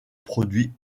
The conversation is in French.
produits